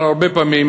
כבר הרבה פעמים